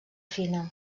fina